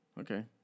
Okay